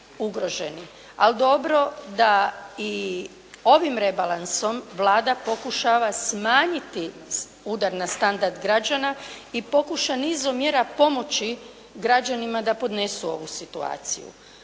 ali dobro da i ovim rebalansom Vlada pokušava smanjiti udar na standard građana i pokuša nizom mjera pomoći građanima da podnesu ovu situaciju.